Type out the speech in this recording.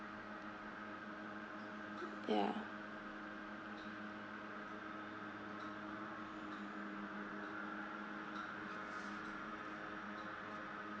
ya